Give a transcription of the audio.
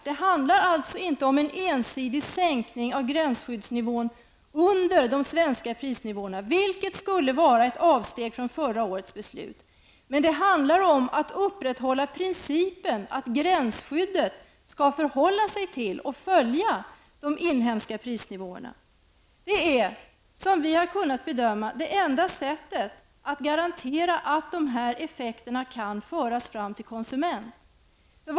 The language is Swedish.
Det handlar alltså inte om en ensidig sänkning av gränsskyddsnivån under de svenska prisnivåerna. Det skulle vara ett avsteg från förra årets beslut. Det gäller att upprätthålla principen att gränsskyddet skall förhålla sig till och följa de inhemska prisnivåerna. Det är, såvitt vi har kunnat bedöma, det enda sättet att garantera att effekterna förs fram till konsumenterna.